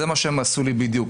זה מה שהם עשו לי בדיוק.